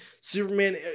Superman